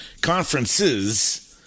Conferences